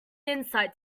insight